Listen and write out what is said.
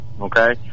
okay